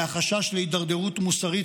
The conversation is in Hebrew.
מהחשש להידרדרות מוסרית,